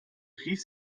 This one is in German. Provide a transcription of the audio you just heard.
rief